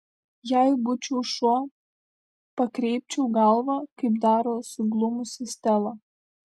jei būčiau šuo pakreipčiau galvą kaip daro suglumusi stela